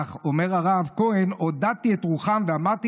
אך אומר הרב כהן: עודדתי את רוחם ואמרתי